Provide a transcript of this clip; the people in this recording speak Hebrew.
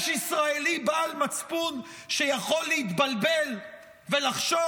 יש ישראלי בעל מצפון שיכול להתבלבל ולחשוב